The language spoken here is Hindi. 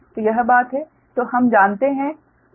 तो यह बात है